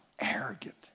arrogant